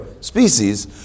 species